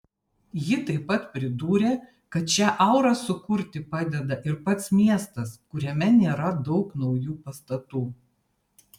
ji taip pat pridūrė kad šią aurą sukurti padeda ir pats miestas kuriame nėra daug naujų pastatų